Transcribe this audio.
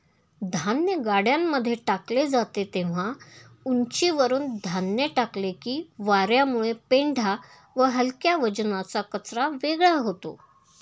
धान्य गाड्यांमध्ये टाकले जाते तेव्हा उंचीवरुन धान्य टाकले की वार्यामुळे पेंढा व हलक्या वजनाचा कचरा वेगळा होतो